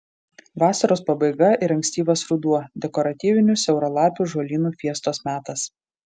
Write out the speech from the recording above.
vasaros pabaiga ir ankstyvas ruduo dekoratyvinių siauralapių žolynų fiestos metas